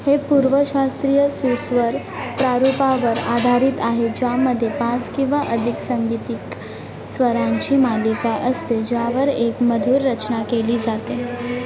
हे पूर्वशास्त्रीय सुस्वर प्रारूपावर आधारित आहे ज्यामध्ये पाच किंवा अधिक सांगितिक स्वरांची मालिका असते ज्यावर एक मधुर रचना केली जाते